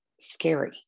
scary